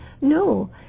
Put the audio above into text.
No